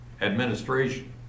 Administration